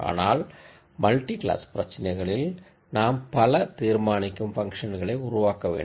ஆனால் multi class பிரச்சினைகளில் நாம் பல டெசிஷன் ஃபங்ஷன்களை உருவாக்க வேண்டும்